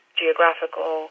geographical